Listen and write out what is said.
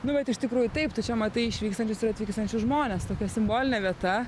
nu bet iš tikrųjų taip tu čia matai išvykstančius ir atvykstančius žmones tokia simbolinė vieta